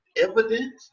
Evident